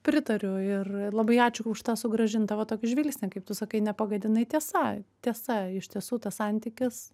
pritariu ir labai ačiū už tą sugrąžintą va tokį žvilgsnį kaip tu sakai nepagadinai tiesa tiesa iš tiesų tas santykis